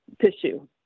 tissue